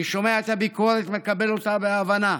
אני שומע את הביקורת, מקבל אותה בהבנה.